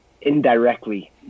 indirectly